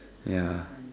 ya